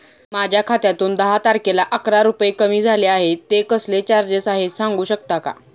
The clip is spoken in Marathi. माझ्या खात्यातून दहा तारखेला अकरा रुपये कमी झाले आहेत ते कसले चार्जेस आहेत सांगू शकता का?